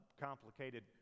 complicated